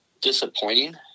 disappointing